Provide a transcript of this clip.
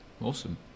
Awesome